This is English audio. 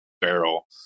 barrel